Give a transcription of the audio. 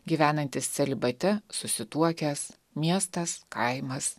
gyvenantis celibate susituokęs miestas kaimas